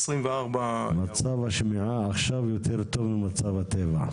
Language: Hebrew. מצב השמיעה עכשיו יותר טוב ממצב הטבע.